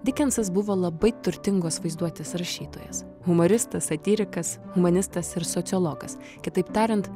dikensas buvo labai turtingos vaizduotės rašytojas humoristas satyrikas humanistas ir sociologas kitaip tariant